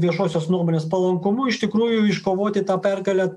viešosios nuomonės palankumu iš tikrųjų iškovoti tą pergalę